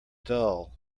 dull